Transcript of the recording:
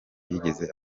yigeze